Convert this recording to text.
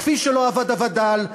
כפי שלא עבד הווד"ל,